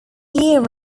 year